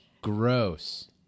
Gross